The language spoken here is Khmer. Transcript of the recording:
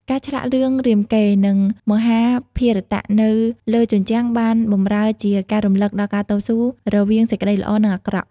ការឆ្លាក់រឿងរាមកេរ្តិ៍ និងមហាភារតៈនៅលើជញ្ជាំងបានបម្រើជាការរំលឹកដល់ការតស៊ូរវាងសេចក្តីល្អ និងអាក្រក់។